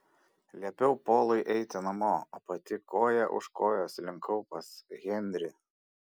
liepiau polui eiti namo o pati koja už kojos slinkau pas henrį